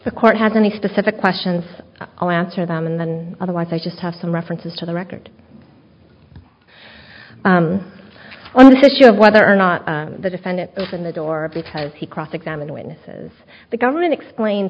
the court has any specific questions i'll answer them and then otherwise i just have some references to the record on this issue of whether or not the defendant opened the door because he cross examine witnesses the government explain